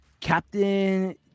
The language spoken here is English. Captain